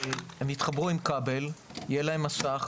הם יתחברו עם כבל, יהיה להם מסך